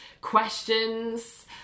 questions